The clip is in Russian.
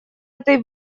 этой